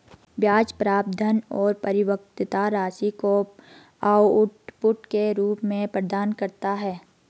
ब्याज प्राप्त धन और परिपक्वता राशि को आउटपुट के रूप में प्रदान करता है